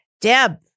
Deb